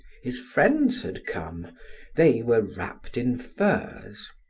his friends had come they were wrapped in furs.